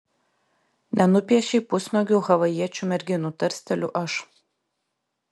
nenupiešei pusnuogių havajiečių merginų tarsteliu aš